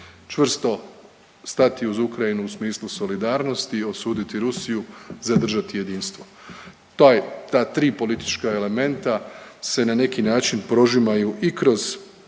Čvrsto stati uz Ukrajinu u smislu solidarnosti i osuditi Rusiju, zadržati jedinstvo. Ta tri politička elementa se na neki način prožimaju i kroz brojne